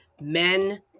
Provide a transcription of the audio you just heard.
men